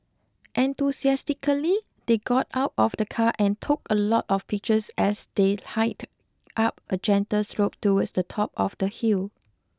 enthusiastically they got out of the car and took a lot of pictures as they hiked up a gentle slope towards the top of the hill